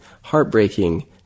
heartbreaking